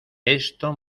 esto